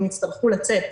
הם יצטרכו לצאת.